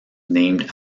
named